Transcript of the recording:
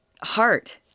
heart